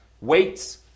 weights